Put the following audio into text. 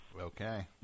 Okay